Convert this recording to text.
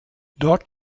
dort